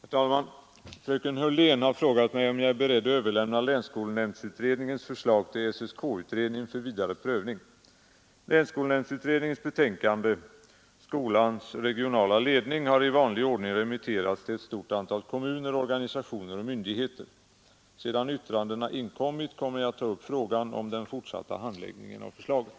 Herr talman! Fröken Hörlén har frågat mig, om jag är beredd att överlämna länsskolnämndsutredningens förslag till SSK-utredningen för vidare prövning. Länsskolnämndsutredningens betänkande Skolans regionala ledning har i vanlig ordning remitterats till ett stort antal kommuner, organisationer och myndigheter. Sedan yttrandena inkommit kommer jag att ta upp frågan om den fortsatta handläggningen av förslaget.